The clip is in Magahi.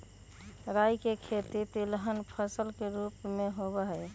राई के खेती तिलहन फसल के रूप में होबा हई